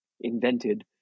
invented